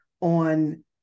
on